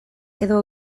edo